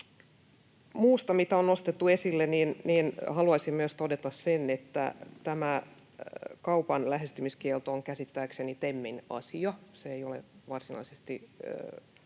muusta, mitä on nostettu esille, haluaisin todeta myös sen, että tämä kaupan lähestymiskielto on käsittääkseni TEMin asia. Se ei ole varsinaisesti